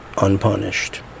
unpunished